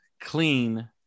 clean